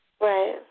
Right